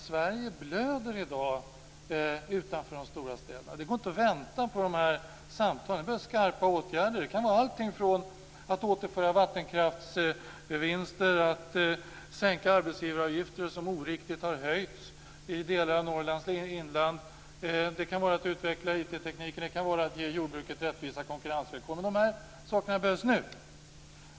Sverige blöder i dag utanför de stora städerna. Det går inte att vänta på de här samtalen. Det behövs skarpa åtgärder. Det kan vara allting från att återföra vattenkraftsvinster till att sänka arbetsgivaravgifter som oriktigt har höjts i delar av Norrlands inland. Det kan också vara att utveckla IT-tekniken och ge jordbruket rättvisa konkurrensvillkor. Men de här sakerna behövs nu.